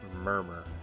murmur